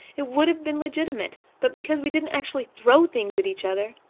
it would have been legitimate but because we didn't actually throw things at each other,